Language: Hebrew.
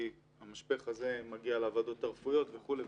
כי המשפך הזה מגיע לוועדות הרפואיות וכולי.